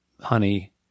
honey